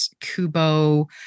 kubo